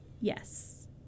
Yes